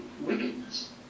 wickedness